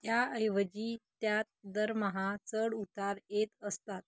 या ऐवजी त्यात दरमहा चढउतार येत असतात